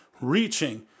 reaching